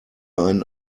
einen